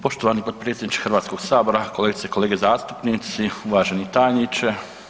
Poštovani potpredsjedniče Hrvatskog sabora, kolegice i kolege zastupnici, uvaženi tajniče.